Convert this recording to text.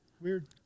weird